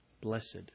blessed